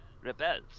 rebels